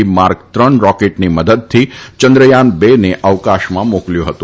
mark ત્રણ રોકેટની મદદથી ચંદ્રયાન બેને અવકાશમાં મોકલ્યું હતું